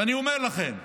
אני אומר לכם,